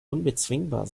unbezwingbar